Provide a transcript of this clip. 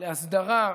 להסדרה,